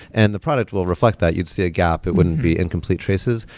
and the product will reflect that. you'd see a gap. it wouldn't be in complete traces.